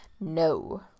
no